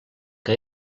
que